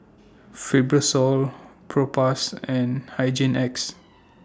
Fibrosol Propass and Hygin X